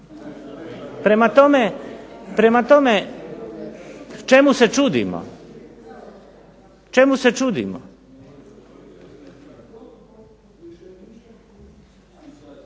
Prema tome, čemu se čudimo? Čim se počne